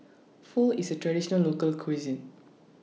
Pho IS A Traditional Local Cuisine